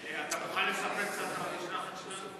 אתה מוכן לספר קצת על המשלחת שלנו?